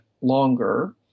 longer